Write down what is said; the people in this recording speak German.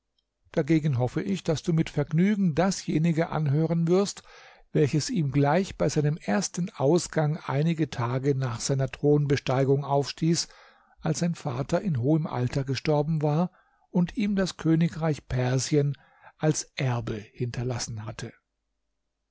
dagegen hoffe ich daß du mit vergnügen dasjenige anhören wirst welches ihm gleich bei seinem ersten ausgang einige tage nach seiner thronbesteigung aufstieß als sein vater in hohem alter gestorben war und ihm das königreich persien als erbe hinterlassen hatte